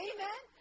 Amen